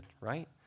right